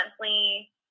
Monthly